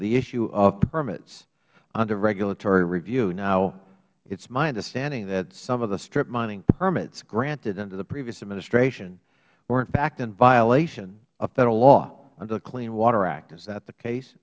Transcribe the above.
the issue of permits under regulatory review now it is my understanding that some of the strip mining permits granted under the previous administration were in fact in violation of federal law under the clean water act is that the case